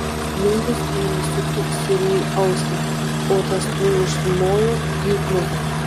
slunkius ėmė sukti sirijui ausį o tas tuoj užsimojo pjūklu